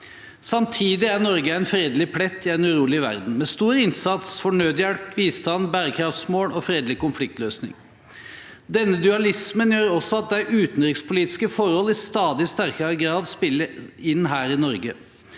Samtidig er Norge en fredelig plett i en urolig verden – med stor innsats for nødhjelp, bistand, bærekraftsmål og fredelig konfliktløsning. Denne dualismen gjør også at de utenrikspolitiske forhold i stadig sterkere grad spiller inn her i Norge.